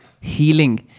healing